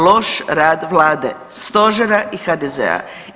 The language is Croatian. Loš rad vlade, stožera i HDZ-a.